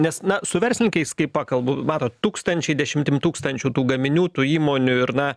nes na su verslininkais kai pakalbu matot tūkstančiai dešimtim tūkstančių tų gaminių tų įmonių ir na